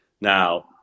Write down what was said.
Now